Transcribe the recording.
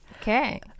Okay